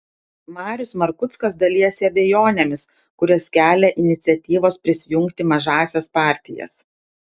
marius markuckas dalijasi abejonėmis kurias kelia iniciatyvos prisijungti mažąsias partijas